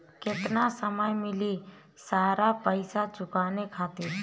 केतना समय मिली सारा पेईसा चुकाने खातिर?